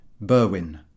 Berwin